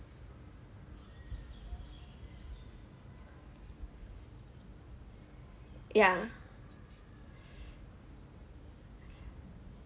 yeah